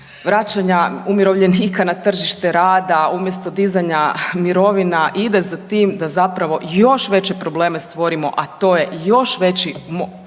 vraćanja umirovljenika na tržište rada umjesto dizanja mirovina ide za tim da zapravo još veće probleme stvorimo, a to je još veći